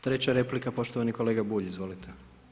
Treća replika poštovani kolega Bulj, izvolite.